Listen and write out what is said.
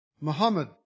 Muhammad